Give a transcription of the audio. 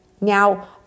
Now